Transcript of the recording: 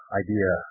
idea